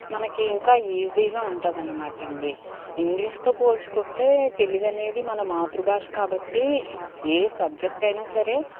మనకు ఇంకా ఈజీగా ఉంటుంది అనమాట అండి ఇంగ్లీష్తో పోల్చుకుంటే తెలుగు అనేది మన మాతృభాష కాబట్టి ఏ సబ్జెక్ట్ అయినా సరే